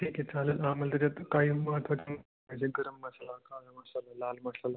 ठीक आहे चालेल ना आम्हाला त्याच्यात काही महत्त्वाचे पाहिजे आहे गरम मसाला कांदा मसाला लाल मसाला